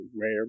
rare